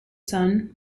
son